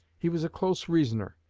he was a close reasoner.